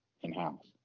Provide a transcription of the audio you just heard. in-house